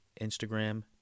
Instagram